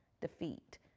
defeat